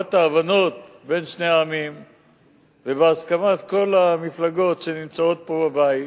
לטובת ההבנות בין שני העמים ובהסכמת כל המפלגות שנמצאות פה בבית,